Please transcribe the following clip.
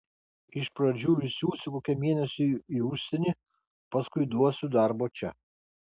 iš pradžių išsiųsiu kokiam mėnesiui į užsienį paskui duosiu darbo čia